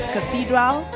Cathedral